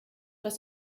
was